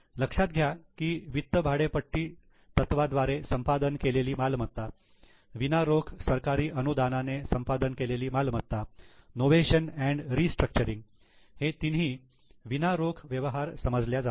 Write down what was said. लक्षात घ्या कि वित्त भाडेपट्टी तत्वा द्वारे संपादन केलेली मालमत्ता विना रोख सरकारी अनुदानाने संपादन केलेली मालमत्ता novation and restructuring novation restructuring हे तिन्ही विना रोख व्यवहार समजल्या जातात